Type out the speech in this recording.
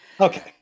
Okay